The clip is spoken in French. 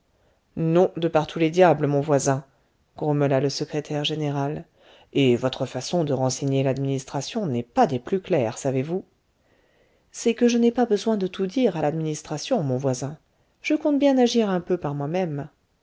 non de par tous les diables mon voisin grommela le secrétaire général et votre façon de renseigner l'administration n'est pas des plus claires savez-vous c'est que je n'ai pas besoin de tout dire à l'administration mon voisin je compte bien agir un peu par moi-même